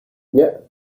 nie